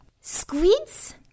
squids